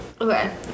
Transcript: Okay